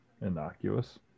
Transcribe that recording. innocuous